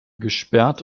gesperrt